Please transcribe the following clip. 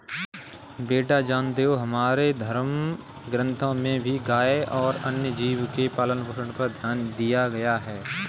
बेटा जानते हो हमारे धर्म ग्रंथों में भी गाय और अन्य जीव के पालन पोषण पर ध्यान दिया गया है